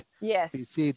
Yes